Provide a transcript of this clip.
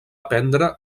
aprendre